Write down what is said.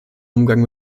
umgang